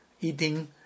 eating